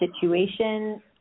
situation